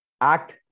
act